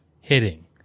hitting